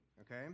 okay